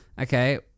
Okay